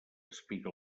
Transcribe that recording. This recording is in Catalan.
espiga